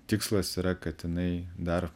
tikslas yra kad jinai dar